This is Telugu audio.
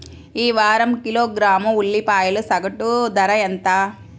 ఈ వారం కిలోగ్రాము ఉల్లిపాయల సగటు ధర ఎంత?